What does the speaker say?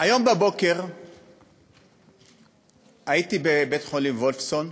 היום בבוקר הייתי בבית-החולים וולפסון,